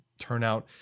turnout